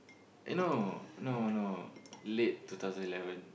eh no no no no late two thousand eleven